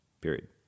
Period